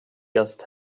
just